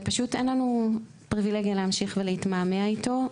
פשוט אין לנו פריווילגיה להמשיך ולהתמהמה איתו.